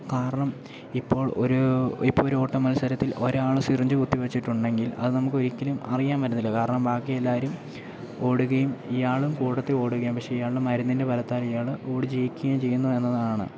കാരണം ഇപ്പോൾ ഒരൂ ഇപ്പോൾ ഒരു ഓട്ടമത്സരത്തിൽ ഒരാൾ സിറിഞ്ച് കുത്തിവെച്ചിട്ടുണ്ടെങ്കിൽ അത് നമുക്ക് ഒരിക്കലും അറിയാൻ പറ്റത്തില്ല കാരണം ബാക്കി എല്ലാവരും ഓടുകയും ഇയാളും കൂട്ടത്തിൽ ഓടുകയും പക്ഷേ ഇയാളുടെ മരുന്നിൻ്റെ ഫലത്താൽ ഇയാൾ ഓടി ജയിക്കുകയും ചെയ്യുന്നു എന്നതാണ്